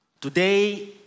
Today